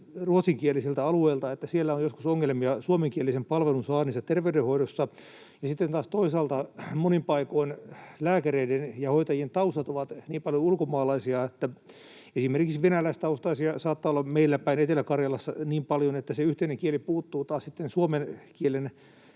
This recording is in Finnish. ruotsinkielisiltä alueilta, että siellä on joskus ongelmia suomenkielisen palvelun saannissa terveydenhoidossa. Sitten taas toisaalta monin paikoin lääkäreissä ja hoitajissa on paljon taustoiltaan ulkomaalaisia. Esimerkiksi venäläistaustaisia saattaa olla meillä päin, Etelä-Karjalassa, niin paljon, että se yhteinen kieli puuttuu taas sitten suomen kieltä